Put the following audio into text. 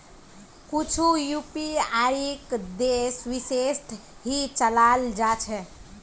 कुछु यूपीआईक देश विशेषत ही चलाल जा छे